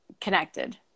connected